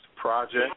Project